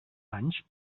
anys